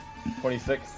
26